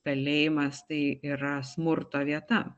kalėjimas tai yra smurto vieta